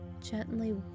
gently